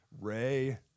Ray